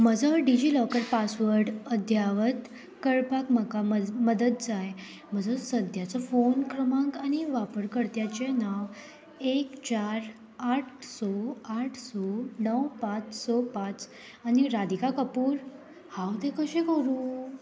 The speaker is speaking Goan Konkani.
म्हजो डिजिलॉकर पासवर्ड अध्यावत करपाक म्हाका मज मदत जाय म्हजो सद्याचो फोन क्रमांक आनी वापरकर्त्याचें नांव एक चार आट सो आट सो णव पांच सो पांच आनी राधिका कपूर हांव तें कशें करूं